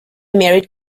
married